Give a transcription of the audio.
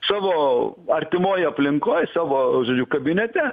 savo artimoj aplinkoj savo žodžiu kabinete